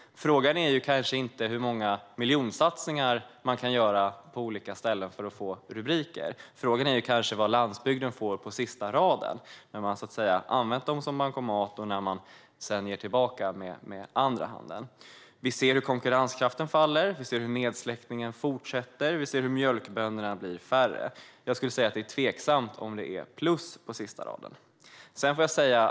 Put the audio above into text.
Frågan är kanske inte hur många miljonsatsningar man kan göra på olika ställen för att få rubriker, utan frågan är kanske vad landsbygden får på sista raden, när man har använt den som bankomat och sedan ger tillbaka med andra handen. Vi ser hur konkurrenskraften faller, hur nedsläckningen fortsätter och hur mjölkbönderna blir färre. Jag skulle säga att det är tveksamt om det blir plus på sista raden.